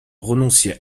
renoncer